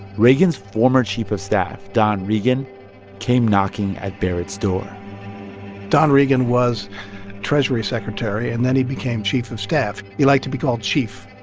reagan's former chief of staff don regan came knocking at barrett's door don regan was treasury secretary, and then he became chief of staff. he liked to be called chief.